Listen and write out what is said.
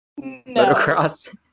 Motocross